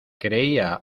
creía